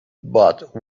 but